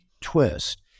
twist